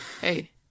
Hey